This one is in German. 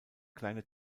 kleine